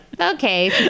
okay